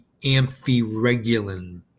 amphiregulin